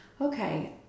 Okay